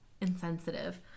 insensitive